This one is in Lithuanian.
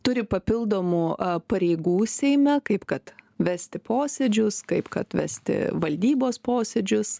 turi papildomų pareigų seime kaip kad vesti posėdžius kaip kad vesti valdybos posėdžius